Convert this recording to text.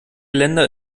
länder